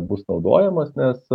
bus naudojamas nes